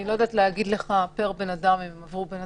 אבל אני לא יודעת להגיד לך אם הם עברו בן